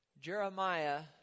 Jeremiah